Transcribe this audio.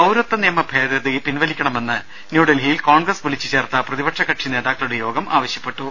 പൌരത്വ നിയമ ഭേദഗതി പിൻവലിക്കണമെന്ന് ന്യൂഡൽഹിയിൽ കോൺഗ്രസ് വിളിച്ചുചേർത്ത പ്രതിപക്ഷ കക്ഷി നേതാക്കളുടെ യോഗം ആവശ്യപ്പെട്ടു